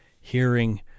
hearing